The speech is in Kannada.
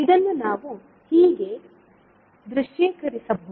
ಇದನ್ನು ನಾವು ಹೀಗೆ ದೃಶ್ಯೀಕರಿಸಬಹುದು